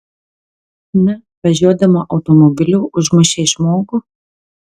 na važiuodama automobiliu užmušei žmogų